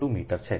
02 metre છે